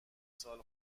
سال